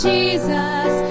Jesus